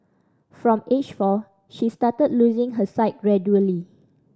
from age four she started losing her sight gradually